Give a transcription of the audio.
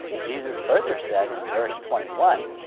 jesus further said in verse twenty one